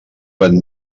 van